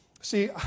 See